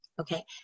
Okay